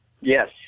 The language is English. Yes